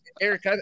Eric